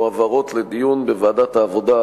מועברות לדיון בוועדת העבודה,